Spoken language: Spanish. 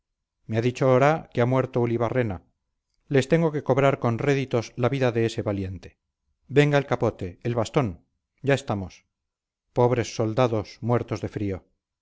me ha dicho oraa que ha muerto ulibarrena les tengo que cobrar con réditos la vida de ese valiente venga el capote el bastón ya estamos pobres soldados muertos de frío